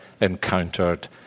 encountered